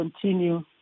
continue